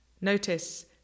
Notice